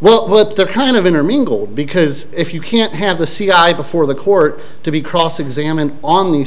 well at the kind of intermingle because if you can't have the c i before the court to be cross examined on these